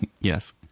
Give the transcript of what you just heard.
Yes